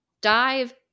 Dive